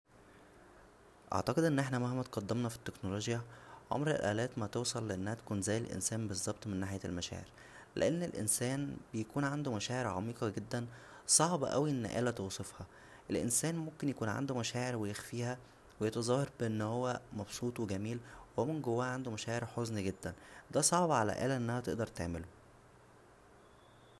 اعتقد ان احنا مهما اتقدمنا فالتكنولوجيا عمر الالات ما هتوصل انها تكون زى الانسان بظبط من ناحية المشاعر لان الانسان بيكون عنده مشاعر عميقه جدا صعب اوى ان اله توصفها الانسان ممكن يكون عنده مشاعر و يخفيها و يتظاهر ب ان هو مبسوط وجميل و هو من جواه عنده مشاعر حزن جدا دا صعب على اله انها تقدر تعمله